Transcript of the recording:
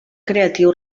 creatiu